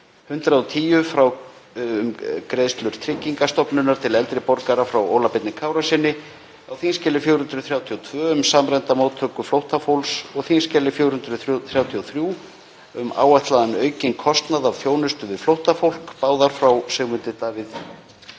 110, um greiðslur Tryggingastofnunar til eldri borgara, frá Óla Birni Kárasyni, á þskj. 432, um samræmda móttöku flóttafólks og þskj. 433, um áætlaðan aukinn kostnað af þjónustu við flóttafólk, báðar frá Sigmundi Davíð